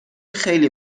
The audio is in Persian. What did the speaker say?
خیلی